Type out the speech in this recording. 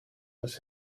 das